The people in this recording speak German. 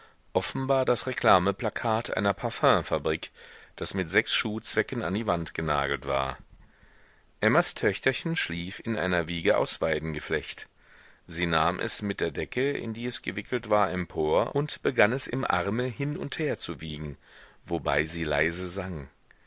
offenbar das reklameplakat einer parfümfabrik das mit sechs schuhzwecken an die wand genagelt war emmas töchterchen schlief in einer wiege aus weidengeflecht sie nahm es mit der decke in die es gewickelt war empor und begann es im arme hin und her zu wiegen wobei sie leise sang